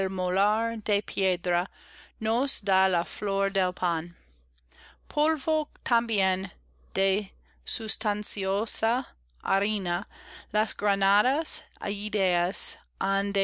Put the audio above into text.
nos da la ñor del pan polvo también de sustanciosa harina las granadas